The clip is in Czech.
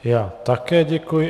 Já také děkuji.